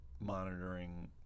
monitoring